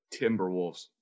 Timberwolves